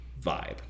vibe